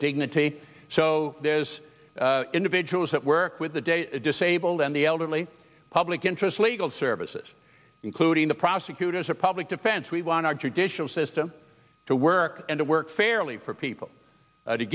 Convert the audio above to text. dignity so there's individuals that work with the data disabled and the elderly public interest legal services including the prosecutors a public defense we want our judicial system to work and to work fairly for people